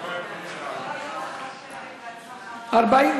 לוועדה שתקבע ועדת הכנסת נתקבלה.